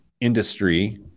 industry